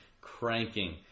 cranking